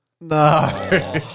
No